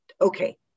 Okay